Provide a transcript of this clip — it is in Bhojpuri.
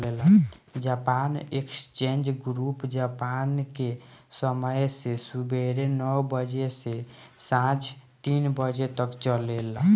जापान एक्सचेंज ग्रुप जापान के समय से सुबेरे नौ बजे से सांझ तीन बजे तक चलेला